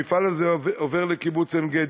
המפעל הזה עובר לקיבוץ עין-גדי.